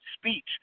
speech